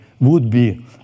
would-be